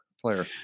player